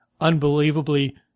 unbelievably